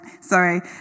Sorry